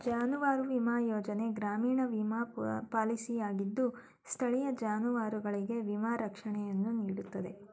ಜಾನುವಾರು ವಿಮಾ ಯೋಜನೆ ಗ್ರಾಮೀಣ ವಿಮಾ ಪಾಲಿಸಿಯಾಗಿದ್ದು ಸ್ಥಳೀಯ ಜಾನುವಾರುಗಳಿಗೆ ವಿಮಾ ರಕ್ಷಣೆಯನ್ನು ನೀಡ್ತದೆ